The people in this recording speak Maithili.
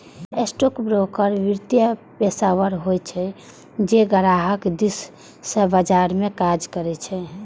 स्टॉकब्रोकर वित्तीय पेशेवर होइ छै, जे ग्राहक दिस सं बाजार मे काज करै छै